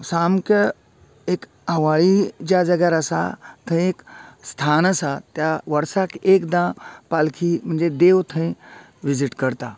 सामके एक आवाळी ज्या जाग्यार आसा थंय एक स्थान आसा वर्साक एकदा पालखी म्हणजे देव थंय विसीट करता